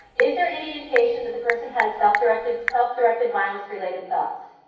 is there any indication that the person has self directed self directed violence-related thoughts?